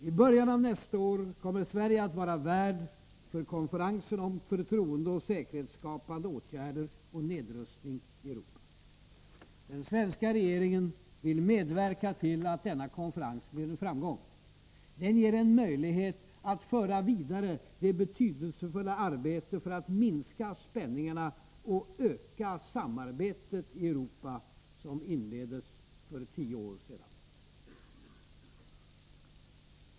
I början av nästa år kommer Sverige att vara värd för konferensen om förtroendeoch säkerhetsskapande åtgärder och nedrustning i Europa. Den svenska regeringen vill medverka till att denna konferens blir en framgång. Den ger en möjlighet att föra vidare det betydelsefulla arbete för att minska spänningarna och öka samarbetet i Europa som inleddes för tio år sedan.